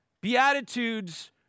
Beatitudes